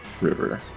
river